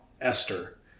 Esther